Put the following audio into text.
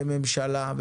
כממשלה,